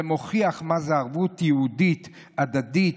זה מוכיח מה זו ערבות יהודית הדדית,